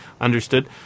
understood